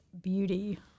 beauty